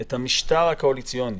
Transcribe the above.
את המשטר הקואליציוני.